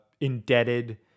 indebted